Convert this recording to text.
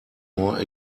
more